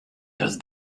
does